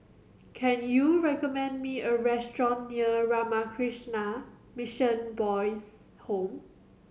can you recommend me a restaurant near Ramakrishna Mission Boys' Home